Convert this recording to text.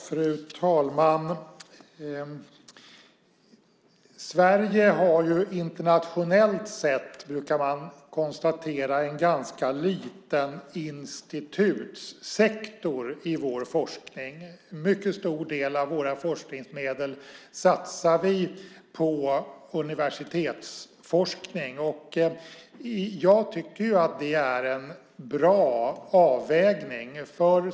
Fru talman! Sverige har internationellt sett, brukar man konstatera, en ganska liten institutssektor i vår forskning. En mycket stor del av våra forskningsmedel satsar vi på universitetsforskning. Jag tycker att det är en bra avvägning.